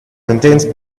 contains